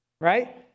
right